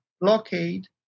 blockade